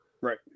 Right